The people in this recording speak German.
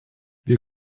wir